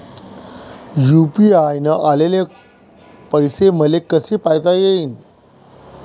UPI न आलेले पैसे मले कसे पायता येईन?